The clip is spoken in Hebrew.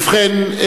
ובכן,